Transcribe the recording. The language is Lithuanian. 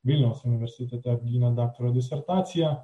vilniaus universitete apgynė daktaro disertaciją